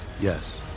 yes